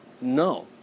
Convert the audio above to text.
no